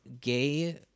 gay